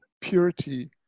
purity